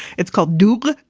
it's called doogh